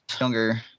younger